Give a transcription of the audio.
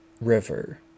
river